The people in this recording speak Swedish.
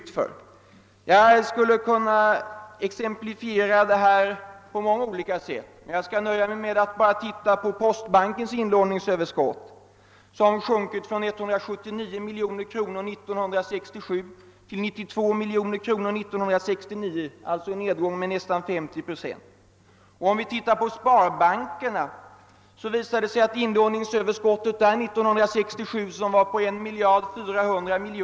Jag skulle kunna exemplifiera detta faktum på många olika sätt men skall nöja mig med att bara ta upp postbankens inlåningsöverskott, som sjunkit från 179 miljoner kronor 1967 till 92 miljoner 1969, d.v.s. en nedgång med nästan 50 procent. Ser vi på sparbankerna visar det sig att inlåningsöverskottet uppgick till 1 miljard 400 miljoner år 1967.